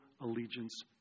allegiance